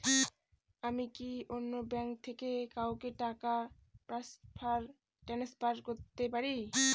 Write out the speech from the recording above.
আমি কি অন্য ব্যাঙ্ক থেকে কাউকে টাকা ট্রান্সফার করতে পারি?